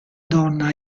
donna